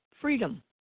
freedom